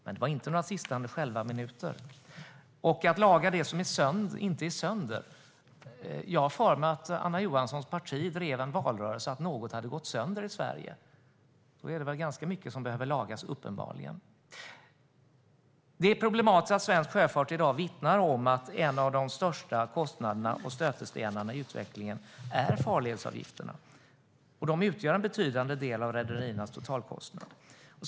Men det var inte i de sista skälvande minuterna uppdraget gavs. Man ska inte laga det som inte är sönder, säger statsrådet. Men jag har för mig att Anna Johanssons parti i valrörelsen drev tesen att något hade gått sönder i Sverige. Då är det uppenbarligen ganska mycket som behöver lagas. Det är problematiskt att svensk sjöfart i dag vittnar om att en av de största kostnaderna och stötestenarna i utvecklingen är farledsavgifterna. De utgör en betydande del av rederiernas totalkostnad.